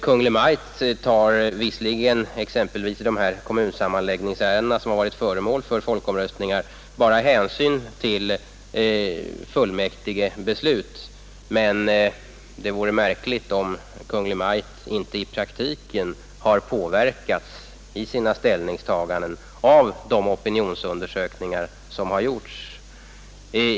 Kungl. Maj:t tar visserligen — exempelvis i de kommunsammanläggningsärenden som har varit föremål för folkomröstning — formellt bara hänsyn till fullmäktigebeslut, men det vore märkligt om Kungl. Maj:t inte i praktiken har påverkats i sina ställningstaganden av de opinionsundersökningar som har gjorts.